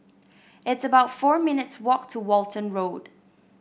it's about four minutes' walk to Walton Road